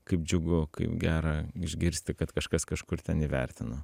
kaip džiugu kaip gera išgirsti kad kažkas kažkur ten įvertino